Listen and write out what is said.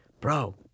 bro